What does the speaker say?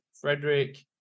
Frederick